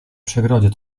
przegrodzie